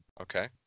Okay